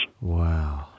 Wow